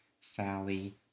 Sally